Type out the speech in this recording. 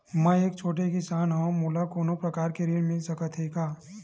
मै ह एक छोटे किसान हंव का मोला कोनो प्रकार के ऋण मिल सकत हे का?